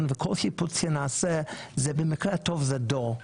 ובכל שיפוץ שנעשה במקרה הטוב זה דור,